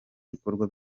bikorwa